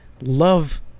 Love